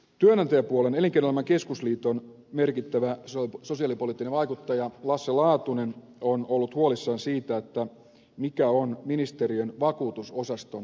työnantajapuolen elinkeinoelämän keskusliiton merkittävä sosiaalipoliittinen vaikuttaja lasse laatunen on ollut huolissaan siitä mikä on ministeriön vakuutusosaston toimintakyky